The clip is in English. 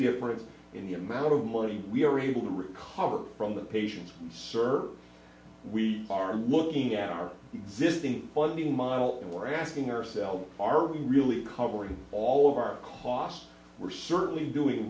difference in the amount of money we are able to recover from the patients served we are looking at our existing funding model and we're asking ourselves are we really covering all of our costs we're certainly doing